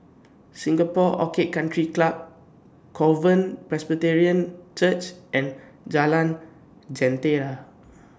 Singapore Orchid Country Club Covenant Presbyterian Church and Jalan Jentera